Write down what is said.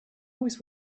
always